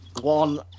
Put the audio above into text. one